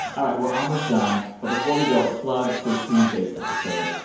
all right. we're almost done. but before we go, a plug for tuesday's episode.